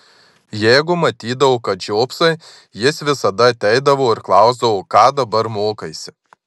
jeigu matydavo kad žiopsai jis visada ateidavo ir klausdavo ką dabar mokaisi